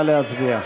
נא להצביע.